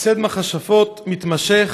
לציד מכשפות מתמשך,